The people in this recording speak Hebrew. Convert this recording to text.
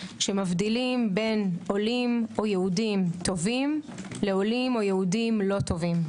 שמבדילים בין עולים או יהודים טובים לעולים או יהודים לא טובים.